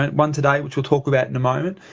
um one today, which we'll talk about in a moment.